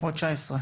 או ה-19.